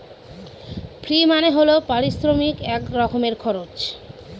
ফি মানে হল পারিশ্রমিক এক রকমের খরচ